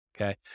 Okay